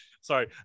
sorry